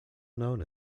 known